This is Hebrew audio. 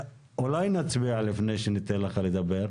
אולי נצביע לפני שניתן לך לדבר?